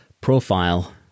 profile